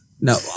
No